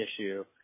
issue